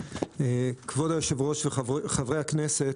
כבוד היושב-ראש וחברי הכנסת,